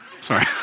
Sorry